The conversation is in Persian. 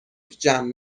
جمع